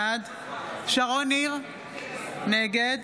בעד שרון ניר, נגד